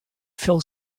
fell